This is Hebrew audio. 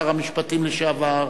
שר המשפטים לשעבר,